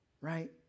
right